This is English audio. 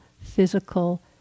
physical